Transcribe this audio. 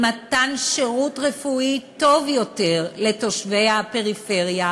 למתן שירות רפואי טוב יותר לתושבי הפריפריה,